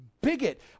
bigot